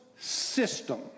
system